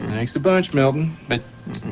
thanks a bunch, milton. but